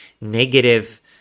negative